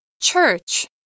Church